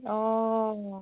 অঁ